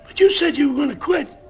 but you said you were going to quit,